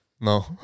no